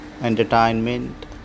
entertainment